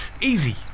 Easy